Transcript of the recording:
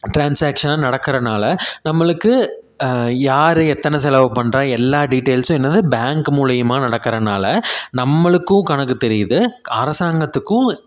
ட்ரான்ஸாக்ஷனாக நடக்கறதுனால நம்மளுக்கு யார் எத்தனை செலவு பண்ணுறா எல்லா டீட்டெயில்ஸும் என்னது பேங்க்கு மூலிமா நடக்கறதுனால நம்மளுக்கும் கணக்கு தெரியுது அரசாங்கத்துக்கும்